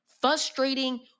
frustrating